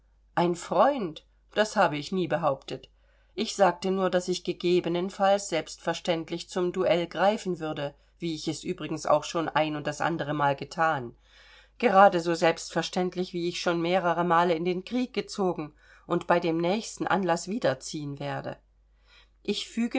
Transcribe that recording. ein freund das habe ich nie behauptet ich sagte nur daß ich gegebenen falls selbstverständlich zum duell greifen würde wie ich es übrigens auch schon ein und das andere mal gethan gerade so selbstverständlich wie ich schon mehreremale in den krieg gezogen und bei dem nächsten anlaß wieder ziehen werde ich füge